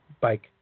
bike